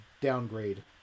downgrade